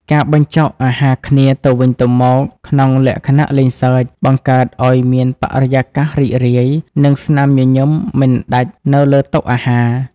ការបញ្ចុកអាហារគ្នាទៅវិញទៅមកក្នុងលក្ខណៈលេងសើច បង្កើតឱ្យមានបរិយាកាសរីករាយ និងស្នាមញញឹមមិនដាច់នៅលើតុអាហារ។